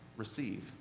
receive